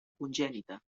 congènita